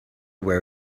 where